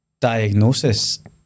diagnosis